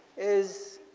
is